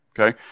Okay